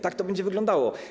Tak to będzie wyglądało.